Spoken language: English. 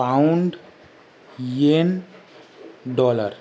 pound yen dollar